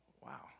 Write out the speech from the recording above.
wow